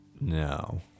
No